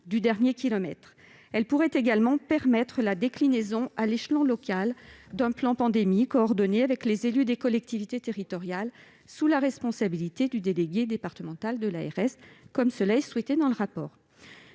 du « dernier kilomètre ». Elles pourraient également permettre la déclinaison, à l'échelon local, d'un plan pandémie coordonné avec les élus des collectivités territoriales, sous la responsabilité du délégué départemental de l'ARS, comme cela est suggéré dans le rapport.